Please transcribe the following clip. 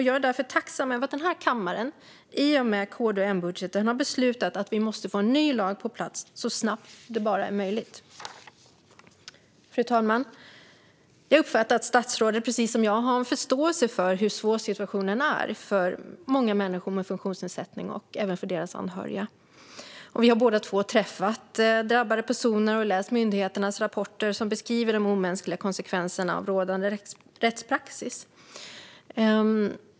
Jag är därför tacksam över att denna kammare och i och med KD-M-budgeten har beslutat att vi måste få en ny lag på plats så snabbt det bara är möjligt. Fru talman! Jag uppfattar att statsrådet, precis som jag har, har förståelse för hur svår situationen är för många människor med funktionsnedsättning och för deras anhöriga. Vi har båda träffat drabbade personer och läst myndigheternas rapporter, som beskriver de omänskliga konsekvenserna av rådande rättspraxis.